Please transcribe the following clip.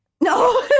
No